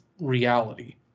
reality